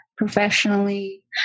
professionally